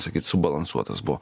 sakyt subalansuotas buvo